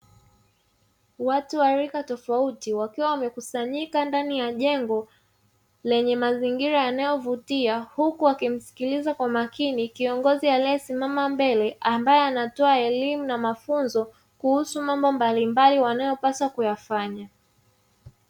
Watu wa rika tofauti wakiwa wamekusanyika ndani ya jengo lenye mazingira yanayovutia huku wakimsikiliza kwa makini kiongozi anayesimama mbele, ambaye anatoa elimu na mafunzo kuhusu mambo mbalimbali anayopaswa kuyafanya.